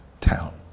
town